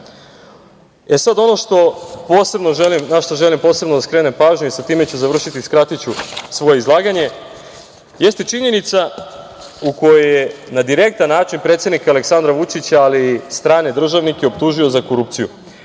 ono na šta želim posebno da skrenem pažnju i sa time ću završiti, skratiću svoje izlaganje, jeste činjenica u kojoj je na direktan način predsednika Aleksandra Vučića ali i strane državnike optužio za korupciju: